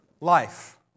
life